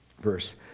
verse